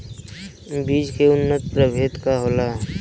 बीज के उन्नत प्रभेद का होला?